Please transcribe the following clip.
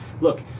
Look